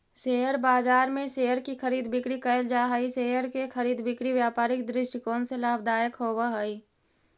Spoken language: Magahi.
शेयर बाजार में शेयर की खरीद बिक्री कैल जा हइ शेयर के खरीद बिक्री व्यापारिक दृष्टिकोण से लाभदायक होवऽ हइ